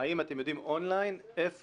האם אתם יודעים און-ליין איפה